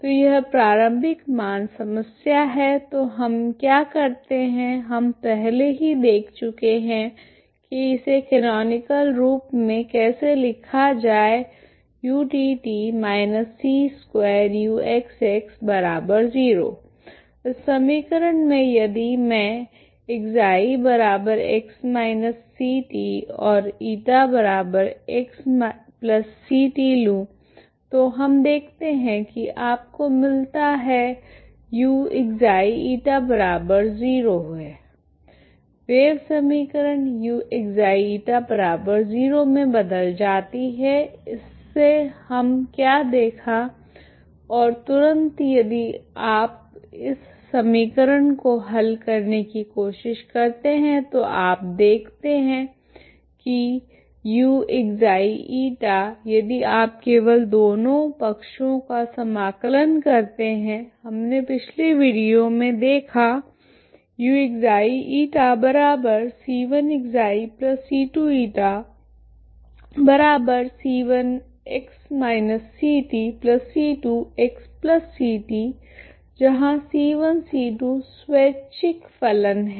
तो यह प्रारंभिक मान समस्या है तो हम क्या करते हैं हम पहले ही देख चुके हैं कि इसे केनोनिकल रूप में कैसे लिखा जाए utt c2uxx0 इस समीकरण मे यदि मैं ξx−ct ηxct लूं तो हम देखते है कि आपको मिलता uξη0 है वेव समीकरण uξη0 मे बदल जाती है इसमे हम क्या देखा है और तुरंत यदि आप इस समीकरण को हल करने की कोशिश करते है तो आप देखते है की uξη यदि आप केवल दोनों पक्षों का समाकलन करते हैहमने पिछले वीडियो में देखा uξηc1ξc2ηc1x−ctc2xct जहाँ c1 c2 स्वैच्छिक फलन हैं